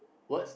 what's